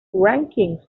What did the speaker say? rankings